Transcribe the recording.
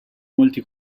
molti